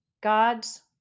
God's